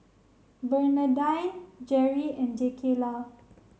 Bernadine Jeri and Jakayla